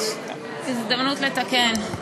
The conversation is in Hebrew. הנה, יש הזדמנות לתקן.